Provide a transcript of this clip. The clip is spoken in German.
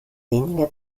weniger